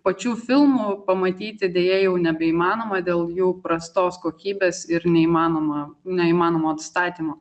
pačių filmų pamatyti deja jau nebeįmanoma dėl jų prastos kokybės ir neįmanoma neįmanomo atstatymo